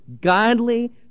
godly